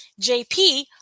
JP